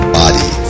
body